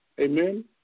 Amen